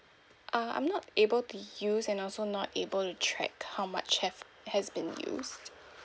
ah I'm not able to use and also not able to track how much have has been used